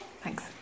thanks